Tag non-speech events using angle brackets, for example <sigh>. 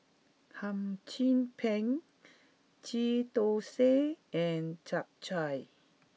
Hum Chim Peng <noise> Ghee Thosai and Chap Chai